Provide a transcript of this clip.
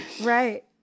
right